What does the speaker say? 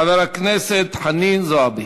חברת הכנסת חנין זועבי.